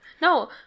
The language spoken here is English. No